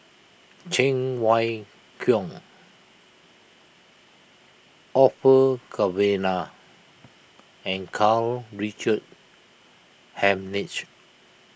Cheng Wai Keung Orfeur Cavenagh and Karl Richard Hanitsch